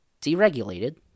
deregulated